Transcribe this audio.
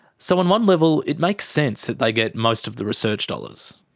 so on one level it makes sense that they get most of the research dollars.